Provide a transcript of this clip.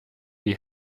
die